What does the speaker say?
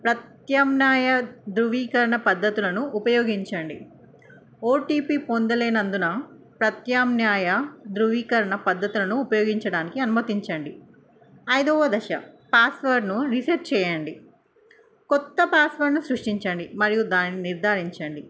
ప్రత్యామ్నాయ ధృవీకరణ పద్ధతులను ఉపయోగించండి ఓటీపీ పొందలేనందున ప్రత్యామ్నాయ ధ్రృవీకరణ పద్ధతులను ఉపయోగించడానికి అనుమతించండి ఐదవ దశ పాస్వర్డ్ను రీసెట్ చేయండి కొత్త పాస్వర్డ్ను సృష్టించండి మరియు దాని నిర్ధారించండి